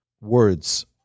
words